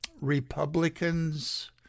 Republicans